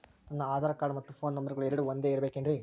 ನನ್ನ ಆಧಾರ್ ಕಾರ್ಡ್ ಮತ್ತ ಪೋನ್ ನಂಬರಗಳು ಎರಡು ಒಂದೆ ಇರಬೇಕಿನ್ರಿ?